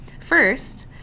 First